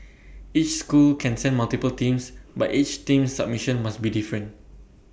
each school can send multiple teams but each team's submission must be different